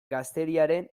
gazteriaren